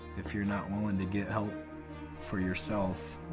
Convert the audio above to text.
if you're not willing to get help for yourself,